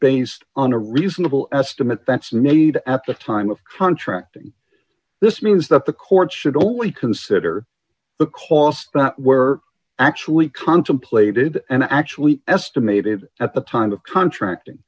based on a reasonable estimate that's made at the time of contracting this means that the court should only consider the costs were actually contemplated and actually estimated at the time of contracting